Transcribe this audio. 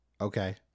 Okay